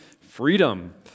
freedom